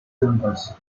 dundas